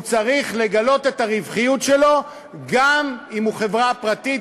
הוא צריך לגלות את הרווחיות שלו גם אם הוא חברה פרטית,